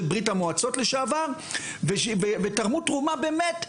ברית המועצות לשעבר תרמו תרומה באמת,